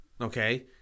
okay